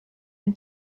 ein